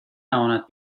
امانت